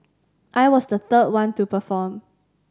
I was the third one to perform